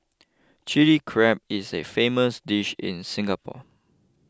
Chilli Crab is a famous dish in Singapore